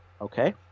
Okay